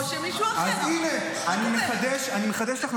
או שמישהו אחר אמר.